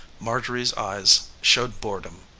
marjorie's eyes showed boredom.